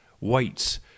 weights